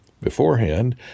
beforehand